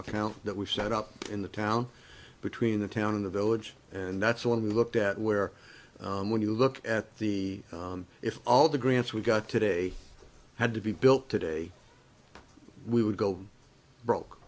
account that we've set up in the town between the town in the village and that's when we looked at where and when you look at the if all the grants we got today had to be built today we would go broke